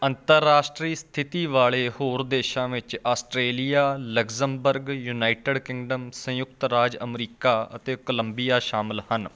ਅੰਤਰਰਾਸ਼ਟਰੀ ਸਥਿੱਤੀ ਵਾਲੇ ਹੋਰ ਦੇਸ਼ਾਂ ਵਿੱਚ ਆਸਟ੍ਰੇਲੀਆ ਲਕਸਮਬਰਗ ਯੂਨਾਈਟਿਡ ਕਿੰਗਡਮ ਸੰਯੁਕਤ ਰਾਜ ਅਮਰੀਕਾ ਅਤੇ ਕੋਲੰਬੀਆ ਸ਼ਾਮਲ ਹਨ